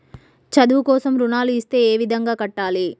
చదువు కోసం రుణాలు ఇస్తే ఏ విధంగా కట్టాలి?